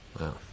Wow